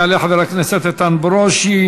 יעלה חבר הכנסת איתן ברושי,